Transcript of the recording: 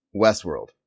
Westworld